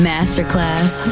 Masterclass